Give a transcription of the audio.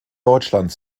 deutschland